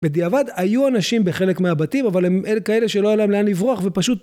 בדיעבד היו אנשים בחלק מהבתים, אבל הם כאלה שלא היה להם לאן לברוח ופשוט...